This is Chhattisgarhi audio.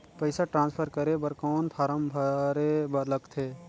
पईसा ट्रांसफर करे बर कौन फारम भरे बर लगथे?